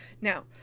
Now